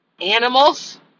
animals